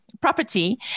property